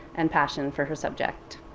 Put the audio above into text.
and passion for her subject.